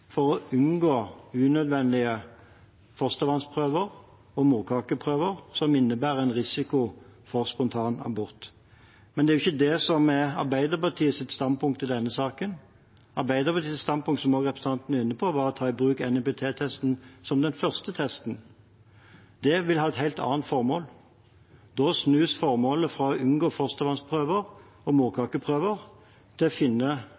for å unngå unødvendige fostervannsprøver og morkakeprøver, som innebærer en risiko for spontanabort. Men det er ikke det som er Arbeiderpartiets standpunkt i denne saken. Arbeiderpartiets standpunkt, som også representanten var inne på, var å ta i bruk NIPT-testen som den første testen. Det ville ha et helt annet formål. Da snus formålet fra å unngå fostervannsprøver og morkakeprøver til å finne